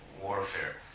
warfare